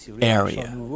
area